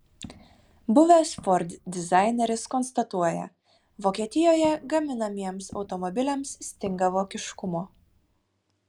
buvęs ford dizaineris konstatuoja vokietijoje gaminamiems automobiliams stinga vokiškumo